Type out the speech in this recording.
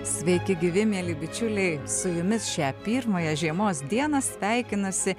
sveiki gyvi mieli bičiuliai su jumis šią pirmąją žiemos dieną sveikinasi